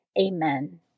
Amen